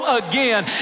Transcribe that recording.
again